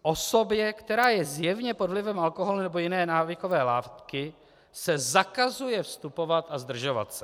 Osobě, která je zjevně pod vlivem alkoholu nebo jiné návykové látky, se zakazuje vstupovat a zdržovat se.